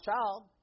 child